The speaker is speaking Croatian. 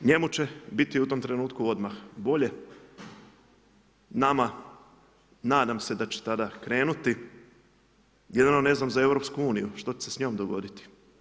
Njemu će biti u tom trenutku odmah bolje, nama nadam se da će tada krenuti, jedino ne znam za EU, što će se s njom dogoditi.